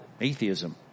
atheism